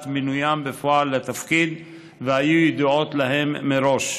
מינוים בפועל לתפקיד והיו ידועות להם מראש.